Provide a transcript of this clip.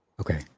Okay